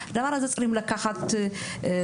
הדבר הזה צריך לקחת בחשבון,